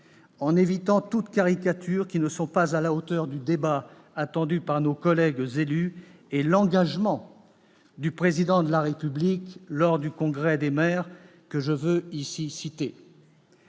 en évitant toutes les caricatures, qui ne seraient pas à la hauteur du débat attendu par nos collègues élus et de l'engagement du Président de la République lors du Congrès des maires, que je veux ici citer